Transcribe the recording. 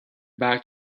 back